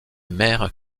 mère